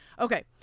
okay